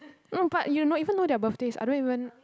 um but you know even know their birthdays I don't even